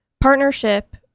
partnership